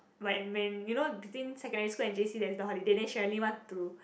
like when you know between secondary school and j_c there's a holiday then Sherilyn want to